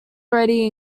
already